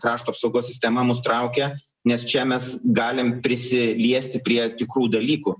ar krašto apsaugos sistema mus traukia nes čia mes galim prisiliesti prie tikrų dalykų